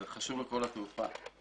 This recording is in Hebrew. זה חשוב לכל התעופה.